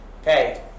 Okay